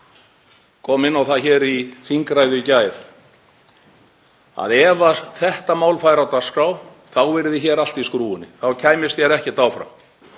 kom inn á það hér í þingræðu í gær að ef þetta mál færi á dagskrá þá yrði hér allt í skrúfunni, þá kæmist hér ekkert